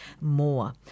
more